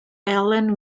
ellen